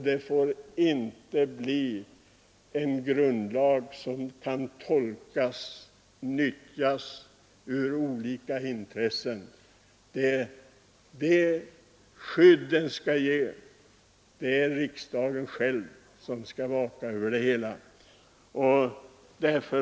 Det får inte bli en grundlag som kan tolkas och nyttjas av olika intressen. Det är riksdagen själv som skall vaka över att den ger det skydd som den skall ge.